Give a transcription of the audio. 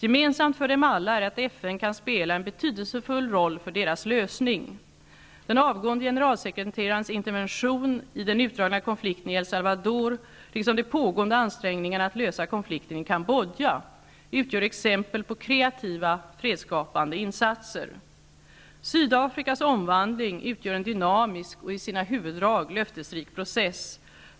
Gemensamt för dem alla är att FN kan spela en betydelsefull roll för deras lösning. Den avgående generalsekreterarens intervention i den utdragna konflikten i El Salvador, liksom de pågående ansträngningarna att lösa konflikten i Cambodja, utgör exempel på kreativa, fredsskapande insatser. Sydafrikas omvandling utgör en dynamisk och i sina huvuddrag löftesrik process.